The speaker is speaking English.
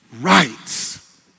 Rights